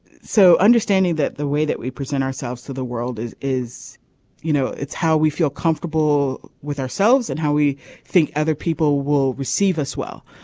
so understanding that the way that we present ourselves to the world is is you know it's how we feel comfortable with ourselves and how we think other people will receive as well.